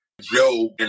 Joe